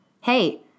hey